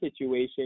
situation